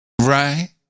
Right